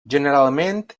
generalment